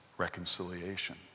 reconciliation